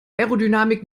aerodynamik